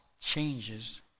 changes